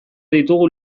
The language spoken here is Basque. ditugu